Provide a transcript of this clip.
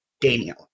Daniel